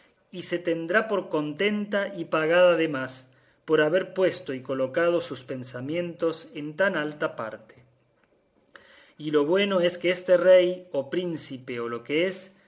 y se tendrá por contenta y pagada además por haber puesto y colocado sus pensamientos en tan alta parte y lo bueno es que este rey o príncipe o lo que es